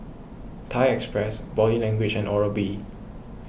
Thai Express Body Language and Oral B